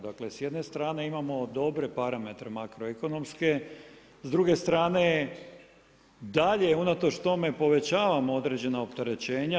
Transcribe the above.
Dakle, s jedne strane imamo dobre parametre makroekonomske, s druge strane dalje unatoč tome povećavamo određena opterećenja.